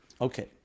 Okay